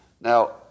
Now